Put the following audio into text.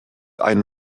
einen